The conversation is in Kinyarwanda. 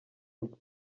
rwe